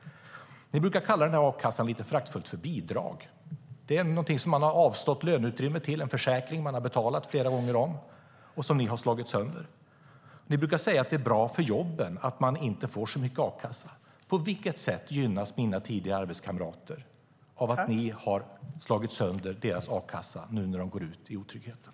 Ni brukar kalla a-kassan lite föraktfullt för bidrag. Det är någonting som man har avstått löneutrymme till, en försäkring som man har betalat flera gånger om men som ni har slagit sönder. Ni brukar säga att det är bra för jobben att man inte får så mycket a-kassa. På vilket sätt gynnas mina tidigare arbetskamrater av att ni ha slagit sönder deras a-kassa nu när de går ut i otryggheten?